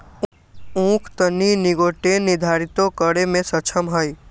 उख तनिक निटोगेन निर्धारितो करे में सक्षम हई